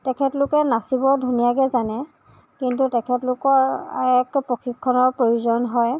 তেখেতলোকে নাচিব ধুনীয়াকে জানে কিন্তু তেখেতলোকৰ প্ৰশিক্ষণৰ প্ৰয়োজন হয়